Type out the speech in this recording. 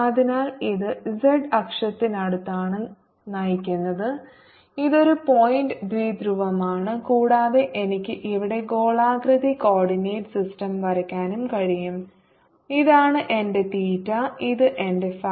അതിനാൽ ഇത് z അക്ഷത്തിനടുത്താണ് നയിക്കുന്നത് ഇതൊരു പോയിന്റ് ദ്വിധ്രുവമാണ് കൂടാതെ എനിക്ക് ഇവിടെ ഗോളാകൃതി കോർഡിനേറ്റ് സിസ്റ്റം വരയ്ക്കാനും കഴിയും ഇതാണ് എന്റെ തീറ്റ ഇത് എന്റെ phi